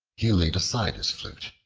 he laid aside his flute,